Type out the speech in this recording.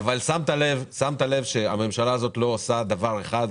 שמת לב שהממשלה הזאת לא עושה דבר אחד,